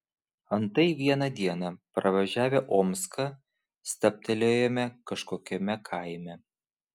antai vieną dieną pravažiavę omską stabtelėjome kažkokiame kaime